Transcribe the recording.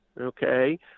Okay